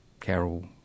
Carol